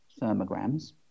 thermograms